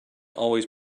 always